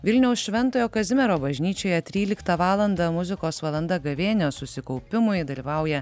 vilniaus šventojo kazimiero bažnyčioje tryliktą valandą muzikos valanda gavėnios susikaupimui dalyvauja